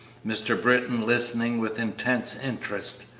mr. britton listening with intense interest.